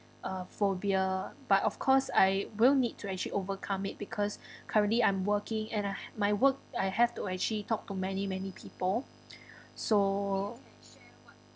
uh phobia but of course I will need to actually overcome it because currently I'm working and uh my work I have to actually talk to many many people so